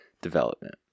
development